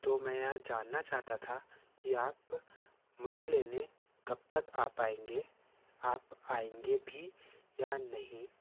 तो मैं यह जानना चाहता था कि आप मुझे लेने कब तक आ पाएंगे आप आएंगे भी या नहीं